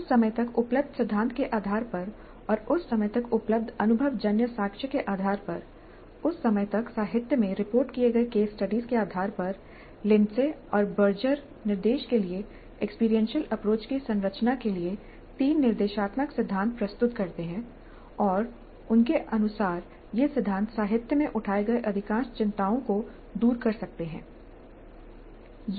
उस समय तक उपलब्ध सिद्धांत के आधार पर और उस समय तक उपलब्ध अनुभवजन्य साक्ष्य के आधार पर उस समय तक साहित्य में रिपोर्ट किए गए केस स्टडीज के आधार पर लिंडसे और बर्जर निर्देश के लिए एक्सपीरियंशियल अप्रोच की संरचना के लिए तीन निर्देशात्मक सिद्धांत प्रस्तुत करते हैं और उनके अनुसार ये सिद्धांत साहित्य में उठाए गए अधिकांश चिंताओं को दूर कर सकते हैं